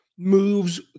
moves